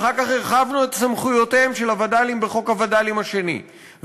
אחר כך הרחבנו את סמכויותיהם של הווד"לים בחוק הווד"לים השני,